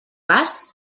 cas